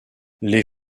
les